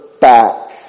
back